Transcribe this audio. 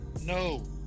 no